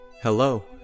Hello